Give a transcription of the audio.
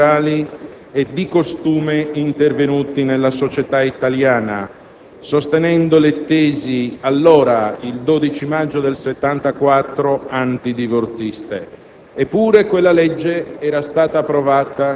la maturazione e i cambiamenti culturali e di costume intervenuti nella società italiana, sostenendo allora, il 12 maggio 1974, le tesi antidivorziste.